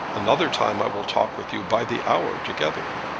another time i will talk with you by the hour together.